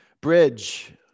Bridge